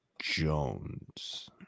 Jones